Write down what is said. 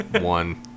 one